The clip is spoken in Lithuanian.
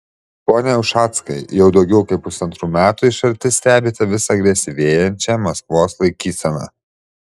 pone ušackai jau daugiau kaip pusantrų metų iš arti stebite vis agresyvėjančią maskvos laikyseną